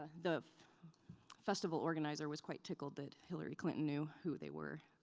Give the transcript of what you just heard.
ah the festival organizer was quite tickled that hillary clinton knew who they were.